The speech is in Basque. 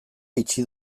itxi